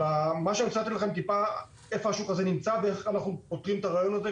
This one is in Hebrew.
אני רוצה להסביר לכם איפה השוק הזה נמצא ואיך אנחנו פותרים את הבעיה.